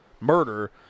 murder